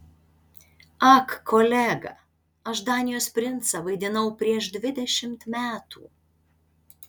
ak kolega aš danijos princą vaidinau prieš dvidešimt metų